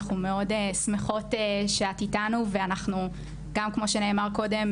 אנחנו מאוד שמחות שאת איתנו וכמו שנאמר קודם,